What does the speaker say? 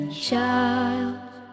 Child